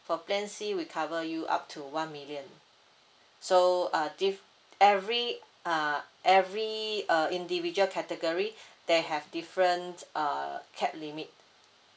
for plan C we cover you up to one million so uh diff~ every uh every uh individual category they have different uh cap limit